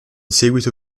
seguito